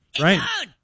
right